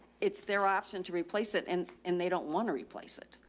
it's their option to replace it and, and they don't want to replace it.